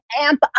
amp